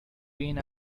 been